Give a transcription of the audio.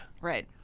Right